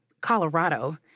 Colorado